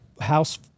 house